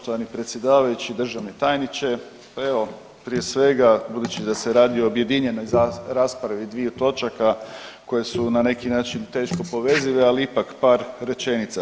Poštovani predsjedavajući i državni tajniče, pa evo prije svega budući da se radi o objedinjenoj raspravi dviju točaka koje su na neki način teško povezive, ali ipak par rečenica.